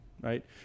right